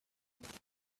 each